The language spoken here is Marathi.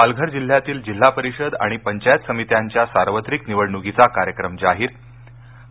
पालघर जिल्ह्यातील जिल्हापरिषद आणि पंचायत समित्यांच्या सार्वत्रिक निवडणुकीचा कार्यक्रम जाहीर आणि